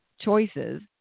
choices